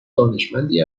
دانشمندی